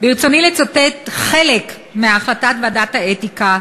ברצוני לצטט חלק מהחלטת ועדת האתיקה,